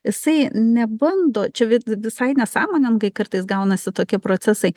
jisai nebando čia vie visai nesąmoningai kartais gaunasi tokie procesai